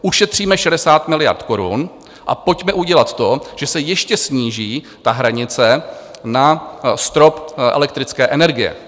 Ušetříme 60 miliard korun a pojďme udělat to, že se ještě sníží ta hranice na strop elektrické energie.